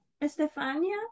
Estefania